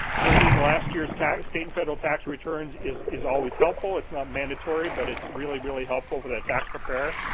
bringing last years tax state and federal tax returns is is always helpful. it's not mandatory but it's really, really helpful for the tax preparer.